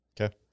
okay